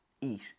eat